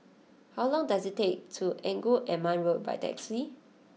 how long does it take to Engku Aman Road by taxi